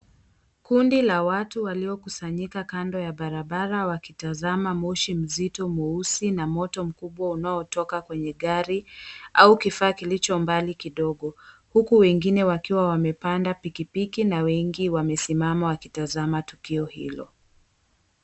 Kundi la watu waliokusanyika kando ya barabara wakitazama moshi mzito mweusi na moto mkubwa unaotoka kwenye gari au kifaa kilicho mbali kidogo, huku wengine wakiwa wamepanda pikipiki na wengi wamesimama wakitazama tukio hilo.